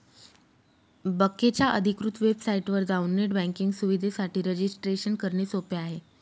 बकेच्या अधिकृत वेबसाइटवर जाऊन नेट बँकिंग सुविधेसाठी रजिस्ट्रेशन करणे सोपे आहे